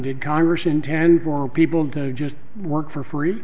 did congress intend for people go just work for free